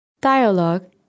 Dialogue